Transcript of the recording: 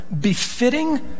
befitting